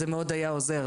זה היה עוזר מאוד.